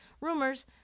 Rumors